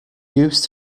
used